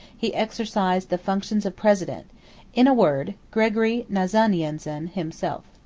he exercised the functions of president in a word gregory nazianzen himself.